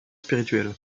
spirituelle